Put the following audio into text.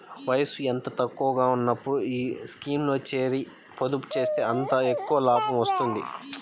వయసు ఎంత తక్కువగా ఉన్నప్పుడు ఈ స్కీమ్లో చేరి, పొదుపు చేస్తే అంత ఎక్కువ లాభం వస్తుంది